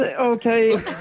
okay